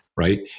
Right